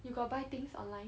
you got buy things online